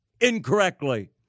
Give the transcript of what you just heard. incorrectly